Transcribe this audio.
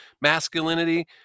masculinity